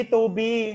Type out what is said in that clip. Toby